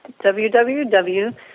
www